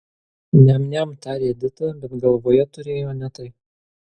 niam niam tarė edita bet galvoje turėjo ne tai